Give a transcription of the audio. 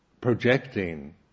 projecting